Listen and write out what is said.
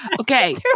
Okay